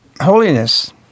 holiness